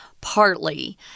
partly